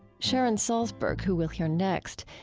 sharon salzberg, who we'll hear next,